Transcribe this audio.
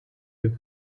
you